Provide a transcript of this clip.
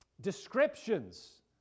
descriptions